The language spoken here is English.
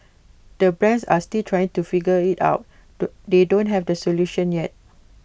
the brands are still try to figure IT out do they don't have the solution yet